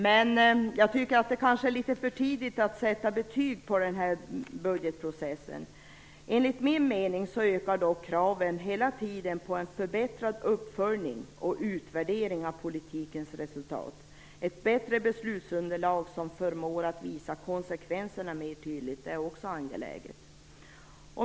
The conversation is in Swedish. Det kanske ändå är litet för tidigt att sätta betyg på den här budgetprocessen. Enligt min mening ökar dock hela tiden kraven på en förbättrad uppföljning och utvärdering av politikens resultat. Ett bättre beslutsunderlag som förmår att visa konsekvenserna mer tydligt är också angeläget.